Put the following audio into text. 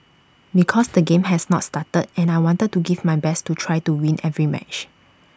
because the game has not started and I want to give my best to try to win every match